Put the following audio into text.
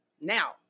Now